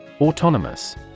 Autonomous